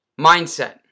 Mindset